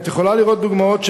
את יכולה לראות דוגמאות: